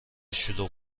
شلوغ